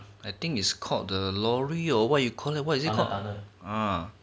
I think is called the lorry or what you call it what is it called ah